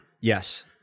Yes